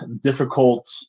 difficult